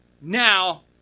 now